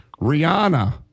Rihanna